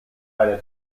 eine